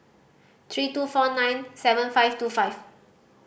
three two four nine seven five two five